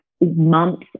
months